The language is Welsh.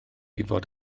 fod